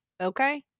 Okay